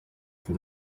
for